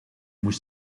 moet